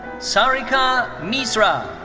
sarika misra.